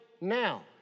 now